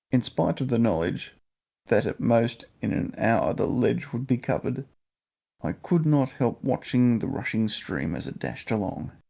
in spite of the knowledge that at most in an hour the ledge would be covered i could not help watching the rushing stream as it dashed along.